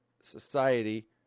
Society